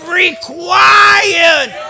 required